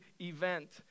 event